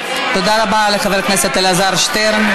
תודה רבה לחבר הכנסת אלעזר שטרן.